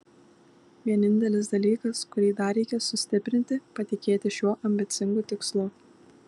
vienintelis dalykas kurį dar reikia sustiprinti patikėti šiuo ambicingu tikslu